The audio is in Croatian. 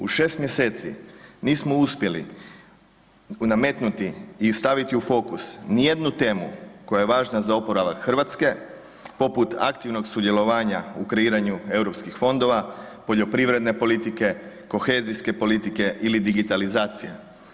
U 6 mjeseci nismo uspjeli nametnuti i staviti u fokus nijednu temu koja je važna za oporavak RH poput aktivnog sudjelovanja u kreiranju Europskih fondova, poljoprivredne politike, kohezijske politike ili digitalizacije.